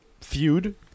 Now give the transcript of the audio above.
feud